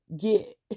get